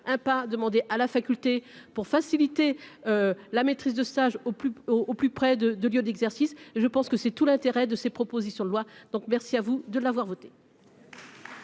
pas demander à la faculté pour faciliter la maîtrise de stage au plus haut au plus près de de lieux d'exercice, je pense que c'est tout l'intérêt de ces propositions de loi, donc merci à vous de l'avoir voté.